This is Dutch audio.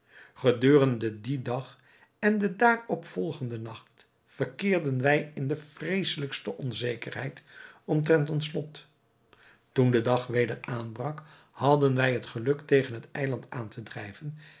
gedurende dien dag en den daarop volgenden nacht verkeerden wij in de vreeselijkste onzekerheid omtrent ons lot toen de dag weder aanbrak hadden wij het geluk tegen een eiland aan te drijven